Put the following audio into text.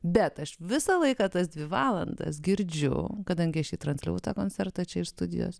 bet aš visą laiką tas dvi valandas girdžiu kadangi aš jį transliavau tą koncertą čia iš studijos